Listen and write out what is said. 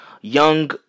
young